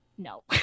No